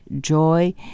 joy